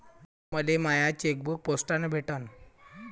मले my chequebook पोस्टानं भेटल